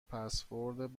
پسورد